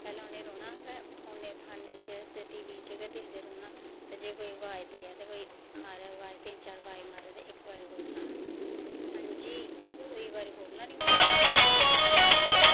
पैह्ले उ'नें रौहना गै फोनै फाने च ते टी वी च गै दिखदे रौहना ते जे कोई अवाज देऐ ते कोई मारे अवाज तिन चार अवाज मारे ते इक बारी बोलना हां जी ते दुई बारी बोलना नेईं उ'नें